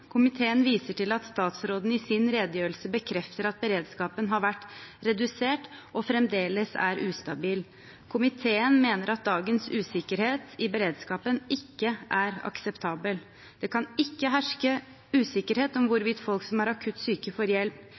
Komiteen viser til at statsråden i sin redegjørelse bekrefter at beredskapen har vært redusert og fremdeles er ustabil. Komiteen mener at dagens usikkerhet i beredskapen ikke er akseptabel. Det kan ikke herske usikkerhet om hvorvidt folk som er akutt syke, får hjelp.